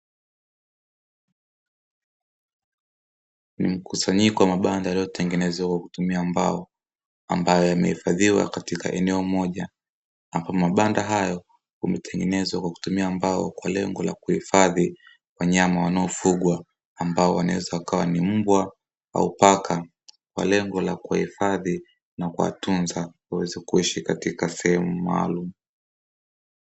"mkusanyiko wa mabanda yaliyotengenezwa kwa kutumia mbao ambayo yamehifadhiwa katika eneo moja. Hapa mabanda haya yametengenezwa kwa kutumia mbao kwa lengo la kuhifadhi wanyama wanaofugwa ambao wanaweza wakawa ni mbwa au paka, kwa lengo la kuwahifadhi na kwa ajili ya kutuzwa waweze kuishi katika sehemu maalumu.